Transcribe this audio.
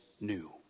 new